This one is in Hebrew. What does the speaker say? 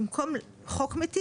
במקום חוק מיטיב,